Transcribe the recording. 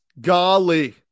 golly